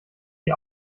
die